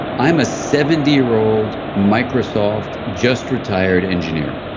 i'm a seventy year old microsoft, just retired engineer.